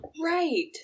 right